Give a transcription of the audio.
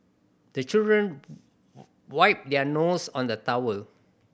the children wipe their nose on the towel